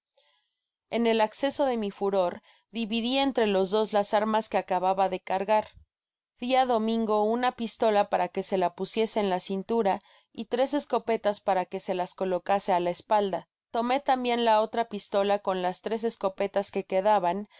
en el acceso de mi furor dividi entre los dos las armas que acababa de cargar di á domingo una pistola para que so la pusiese en la cintura y tres escopetas para que se las colocase á la espalda tomé tambieu la otra pistola con las tres escopetas que quedaban